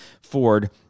Ford